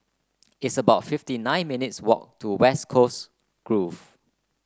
it's about fifty nine minutes walk to West Coast Grove